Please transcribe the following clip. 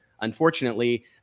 unfortunately